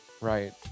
right